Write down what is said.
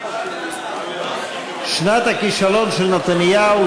שנת הכישלון של נתניהו,